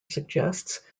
suggests